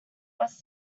was